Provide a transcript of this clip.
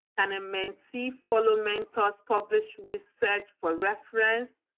can a mentee follow mentor's published research for reference?